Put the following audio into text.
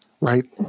right